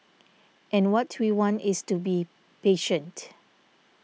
and what we want is to be patient